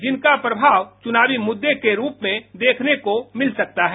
जिनका प्रभाव चुनावी मुद्दे को रुप में देखने को मिल सकता है